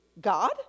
God